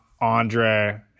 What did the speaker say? Andre